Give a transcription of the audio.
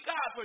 God